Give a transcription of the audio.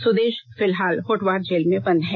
सुदेश फिलहाल होटवार जेल में बंद है